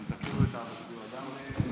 אם אתם תכירו את אבא שלי, הוא אדם מדהים.